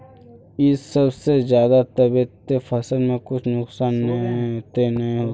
इ सब जे खाद दबे ते फसल में कुछ नुकसान ते नय ने होते